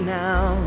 now